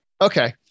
Okay